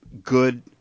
Good